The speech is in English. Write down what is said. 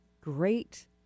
great